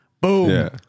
Boom